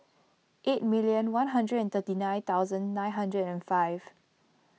eight million one hundred and thirty nine thousand nine hundred and five